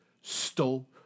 stole